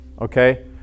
okay